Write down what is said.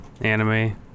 anime